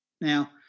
Now